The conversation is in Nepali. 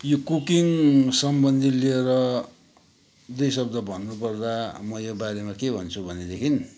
यो कुकिङ सम्बन्धी लिएर दुई शब्द भन्नुपर्दा म यो बारेमा के भन्छु भनेदेखि